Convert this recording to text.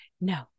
No